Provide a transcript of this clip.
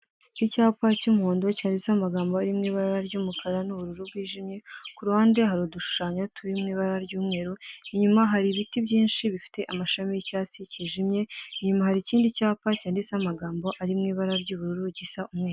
Icyapa cy'umuhondo cyanditseho amagambo ari mu ibara ry'umukara n'ubururu bwijimye, ku ruhande hari udushushanyo turi mu ibara ry'umweru, inyuma hari ibiti byinshi bifite amashami y'icyatsi cyijimye, inyuma hari ikindi cyapa cyanditseho amagambo ari mu ibara ry'ubururu gisa umweru.